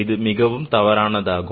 அது தவறானதாகும்